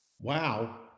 Wow